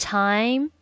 time